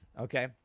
okay